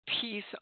peace